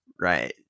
right